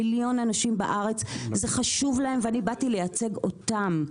ואני באתי לייצג אותם.